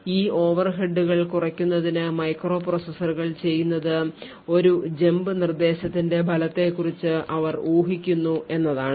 ഈ ഓവർഹെഡുകൾ കുറയ്ക്കുന്നതിന് മൈക്രോപ്രൊസസ്സറുകൾ ചെയ്യുന്നത് ഒരു ജമ്പ് നിർദ്ദേശത്തിന്റെ ഫലത്തെക്കുറിച്ച് അവർ ഊഹിക്കുന്നു എന്നതാണ്